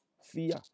Fear